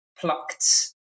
plucked